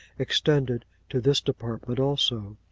extended to this department also.